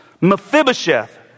Mephibosheth